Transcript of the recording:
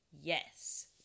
Yes